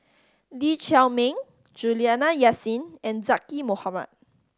Lee Chiaw Meng Juliana Yasin and Zaqy Mohamad